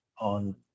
on